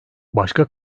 başka